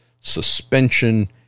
suspension